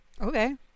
okay